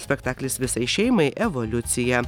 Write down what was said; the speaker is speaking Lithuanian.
spektaklis visai šeimai evoliucija